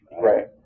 Right